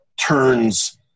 turns